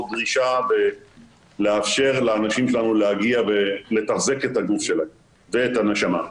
דרישה ולאפשר לאנשים שלנו להגיע ולתחזק את הגוף שלהם ואת הנשמה.